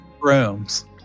rooms